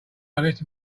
honest